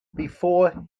before